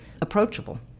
approachable